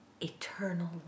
eternal